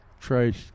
Trace